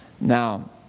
Now